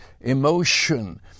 emotion